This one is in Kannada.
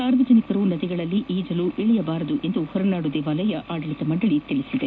ಸಾರ್ವಜನಿಕರು ನದಿಗಳಲ್ಲಿ ಈಜಲು ಇಳಿಯದಂತೆ ಹೊರನಾಡು ದೇವಾಲಯ ಆಡಳಿತ ಮಂಡಳಿ ತಿಳಿಸಿದೆ